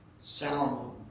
Sound